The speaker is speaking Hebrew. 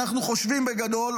אנחנו חושבים בגדול,